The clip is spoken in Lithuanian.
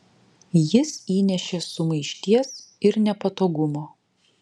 jis įnešė sumaišties ir nepatogumo